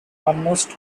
almost